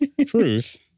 Truth